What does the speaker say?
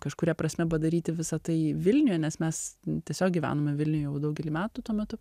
kažkuria prasme padaryti visa tai vilniuje nes mes tiesiog gyvenome vilniuj jau daugelį metų tuo metu